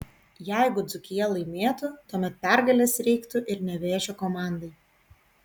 jeigu dzūkija laimėtų tuomet pergalės reiktų ir nevėžio komandai